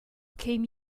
came